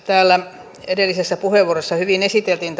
täällä edellisissä puheenvuorossa hyvin esiteltiin